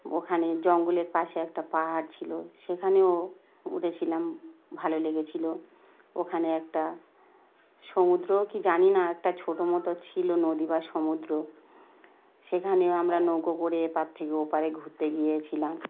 ওখানে জঙ্গলের পাশে একটা পাহাড় ছিলো সেখানেও উঠেছিলাম ভালো লেগেছিলো ওখানে একটা সমুদ্রও কি জানি না একটা ছোটো মতো ছিলো নদী বা সমুদ্র সেখানেও আমরা নৌকো করে এপার থেকে ওপারে ঘুরতে গিয়েছিলাম